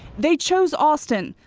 they chose austin.